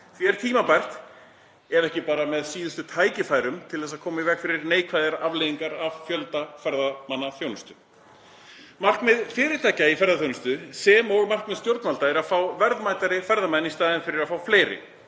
Því er tímabært, ef ekki bara með síðustu tækifærum, að koma í veg fyrir neikvæðar afleiðingar af fjölda ferðamanna. Markmið fyrirtækja í ferðaþjónustu sem og markmið stjórnvalda er að fá verðmætari ferðamenn í staðinn fyrir að fá fleiri.